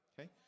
Okay